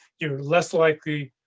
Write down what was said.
you're less likely.